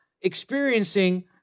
experiencing